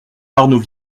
arnaud